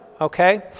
okay